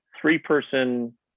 three-person